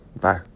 Bye